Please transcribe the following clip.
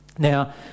Now